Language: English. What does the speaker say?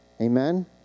Amen